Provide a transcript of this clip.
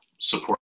support